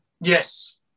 Yes